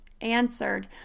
answered